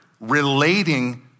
relating